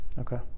Okay